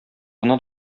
гына